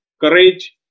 courage